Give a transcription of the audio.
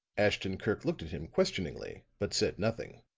ashton-kirk looked at him questioningly, but said nothing.